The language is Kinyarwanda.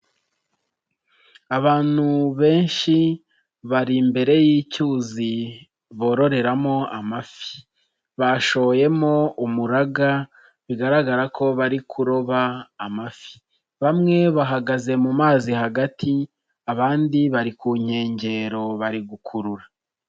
Abantu benshi bari imbere y'icyuzi bororeramo amafi. Bashoyemo umuraga, bigaragara ko bari kuroba amafi. Bamwe bahagaze mu mazi hagati, abandi bari ku nkengero bari gukurura.